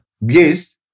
Yes